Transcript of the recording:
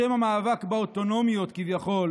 בשם המאבק באוטונומיות כביכול